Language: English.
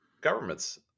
governments